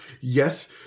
yes